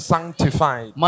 Sanctified